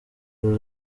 uru